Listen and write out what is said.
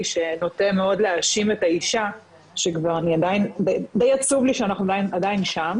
שנוטה מאוד להאשים את האישה שכבר אני עדיין די עצוב לי שאנחנו עדיין שם